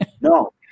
No